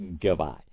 goodbye